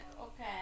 okay